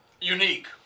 unique